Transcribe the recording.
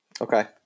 Okay